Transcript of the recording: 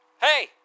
Hey